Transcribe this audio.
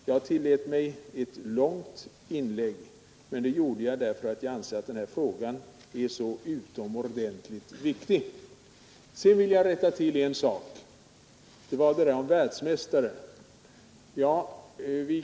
Jag tillät mig att göra ett långt inlägg, men det gjorde jag därför att jag anser att den här frågan är utomordentligt viktig. Sedan vill jag rätta till en sak, nämligen det som sades om att vårt land skulle vara bäst i världen när det gäller simkunnighet.